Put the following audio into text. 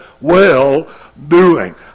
well-doing